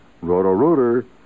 Roto-Rooter